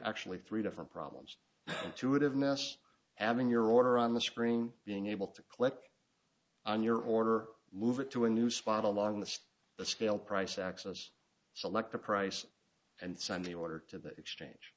actually three different problems to it have mass adding your order on the screen being able to click on your order move it to a new spot along the scale price access select a price and sunday order to the exchange